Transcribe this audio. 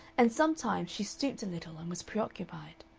and sometimes she stooped a little and was preoccupied.